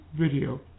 video